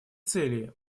целей